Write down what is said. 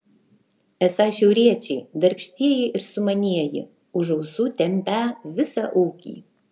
esą šiauriečiai darbštieji ir sumanieji už ausų tempią visą ūkį